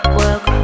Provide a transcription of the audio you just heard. work